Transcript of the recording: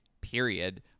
period